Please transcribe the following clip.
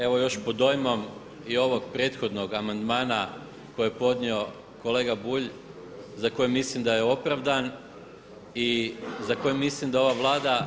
Evo još pod dojmom i ovog prethodnog amandmana koji je podnio kolega Bulj za koji mislim da je opravdan i za koji mislim da ova Vlada